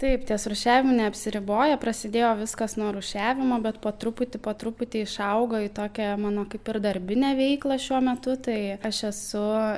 taip ties rūšiavimu neapsiriboja prasidėjo viskas nuo rūšiavimo bet po truputį po truputį išaugo į tokią mano kaip ir darbinę veiklą šiuo metu tai aš esu